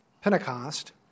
Pentecost